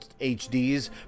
HDs